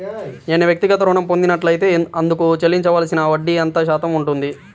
నేను వ్యక్తిగత ఋణం పొందినట్లైతే అందుకు చెల్లించవలసిన వడ్డీ ఎంత శాతం ఉంటుంది?